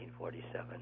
1947